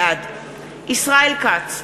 בעד ישראל כץ,